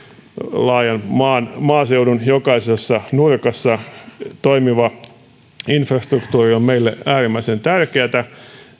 laajan maaseudun jokaisessa nurkassa toimiva infrastruktuuri on meille äärimmäisen tärkeätä